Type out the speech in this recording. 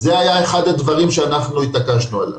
זה היה אחד הדברים שהתעקשנו עליו.